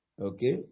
Okay